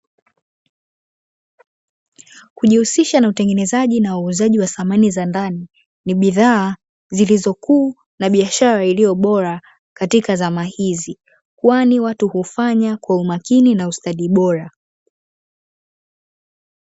Kujihusisha na utengenezaji na uuzaji wa samani za ndani, ni bidhaa zilizo kuu na biashara ya ulio bora katika zama hizi kwani watu hufanya kwa umakini na ustadi bora.